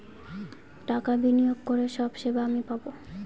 টাকা বিনিয়োগ করে সব সেবা আমি পাবো